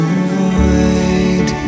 avoid